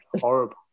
horrible